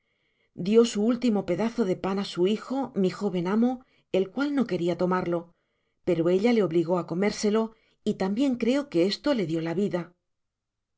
dió su último pedazo de pan á su hijo mi joven amo el cual no queria tomarlo pero ella le obligó á comérselo y tambien creo que esto le dio ja vida